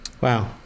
Wow